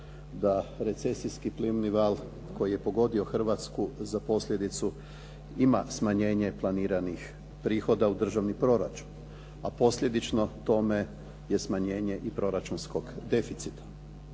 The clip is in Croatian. da recesijski plimni val koji je pogodio Hrvatsku za posljedicu ima smanjenje planiranih prihoda u državni proračun, a posljedično tome je smanjenje i proračunskog deficita.